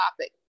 topic